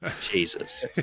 Jesus